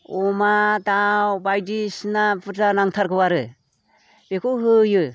अमा दाउ बायदिसिना बुरजा नांथारगौ आरो बेखौ होयो